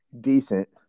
Decent